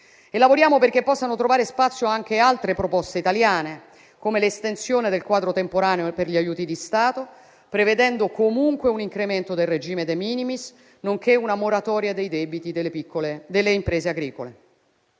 lavoriamo perché possano trovare spazio anche altre proposte italiane, come l'estensione del quadro temporaneo per gli aiuti di Stato, prevedendo comunque un incremento del regime *de minimis*, nonché una moratoria dei debiti delle imprese agricole.